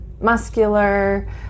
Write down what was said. muscular